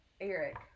Eric